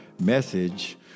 message